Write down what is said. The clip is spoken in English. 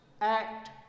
act